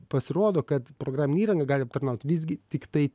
pasirodo kad programinę įrangą gali aptarnaut visgi tiktai